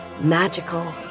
magical